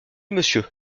monsieur